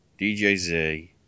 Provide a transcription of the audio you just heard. DJZ